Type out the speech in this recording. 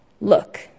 look